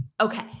Okay